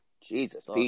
Jesus